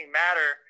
matter